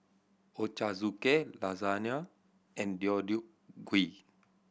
Ochazuke Lasagna and Deodeok Gui